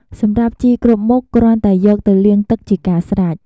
សម្រាប់់ជីគ្រប់មុខ គ្រាន់តែយកទៅលាងទឹកជាការស្រេច។